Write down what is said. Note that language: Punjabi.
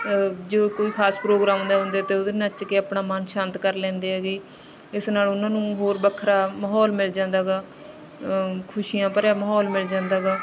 ਜਦੋਂ ਕੋਈ ਖਾਸ ਪ੍ਰੋਗਰਾਮ ਦੇ ਹੁੰਦੇ ਤਾਂ ਉਹਦੇ ਨੱਚ ਕੇ ਆਪਣਾ ਮਨ ਸ਼ਾਂਤ ਕਰ ਲੈਂਦੇ ਹੈਗੇ ਇਸ ਨਾਲ ਉਹਨਾਂ ਨੂੰ ਹੋਰ ਵੱਖਰਾ ਮਾਹੌਲ ਮਿਲ ਜਾਂਦਾ ਹੈਗਾ ਖੁਸ਼ੀਆਂ ਭਰਿਆ ਮਾਹੌਲ ਮਿਲ ਜਾਂਦਾ ਗਾ